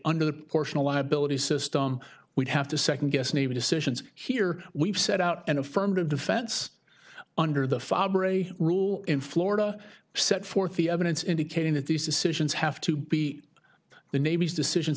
under the portion of liability system we'd have to second guess maybe decisions here we've set out an affirmative defense under the fabray rule in florida set forth the evidence indicating that these decisions have to be the navy's decisions